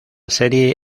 serie